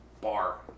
bar